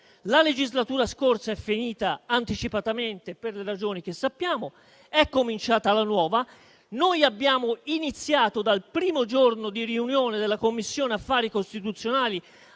legislatura è finita anticipatamente per le ragioni che sappiamo ed è cominciata la nuova; noi abbiamo iniziato dal primo giorno di riunione della Commissione affari costituzionali